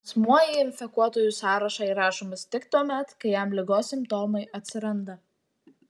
asmuo į infekuotųjų sąrašą įrašomas tik tuomet kai jam ligos simptomai atsiranda